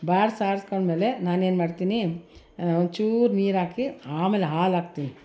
ಬಾಡ್ಸಿ ಆರಿಸ್ಕೊಂಡ್ಮೇಲೆ ನಾನೇನು ಮಾಡ್ತೀನಿ ಒಂಚೂರು ನೀರು ಹಾಕಿ ಆಮೇಲೆ ಹಾಲು ಹಾಕ್ತೀನಿ